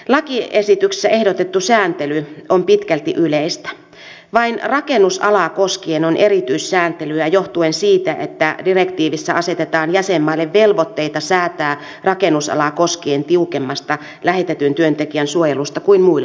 lakiesityksessä ehdotettu sääntely on pitkälti yleistä vain rakennusalaa koskien on erityissääntelyä johtuen siitä että direktiivissä asetetaan jäsenmaille velvoitteita säätää rakennusalaa koskien tiukemmasta lähetetyn työntekijän suojelusta kuin muilla aloilla